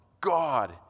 God